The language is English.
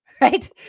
right